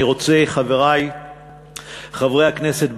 חברי חברי הכנסת,